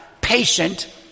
patient